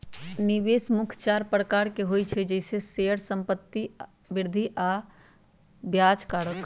निवेश मुख्य चार प्रकार के होइ छइ जइसे शेयर, संपत्ति, वृद्धि कारक आऽ ब्याज कारक